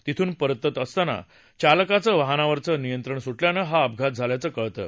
तिथून परतत असताना चालकाचं वाहनावरचं नियंत्रण सुरियानं हा अपधात झाल्याचं कळतं